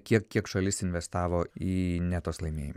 kiek kiek šalis investavo į netos laimėją